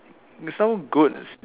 it's not even good